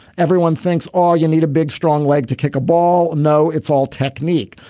everyone thinks all you need a big strong leg to kick a ball. no it's all technique.